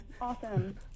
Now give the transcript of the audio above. awesome